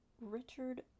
Richard